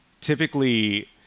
typically